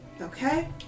Okay